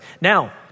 Now